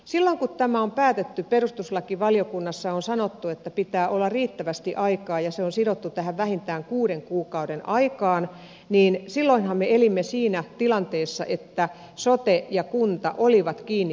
silloin kun tämä on päätetty perustuslakivaliokunnassa on sanottu että pitää olla riittävästi aikaa ja se on sidottu tähän vähintään kuuden kuukauden aikaan silloinhan me elimme siinä tilanteessa että sote ja kunta olivat kiinni toisissaan